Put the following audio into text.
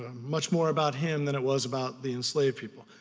ah much more about him than it was about the enslaved people,